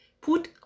put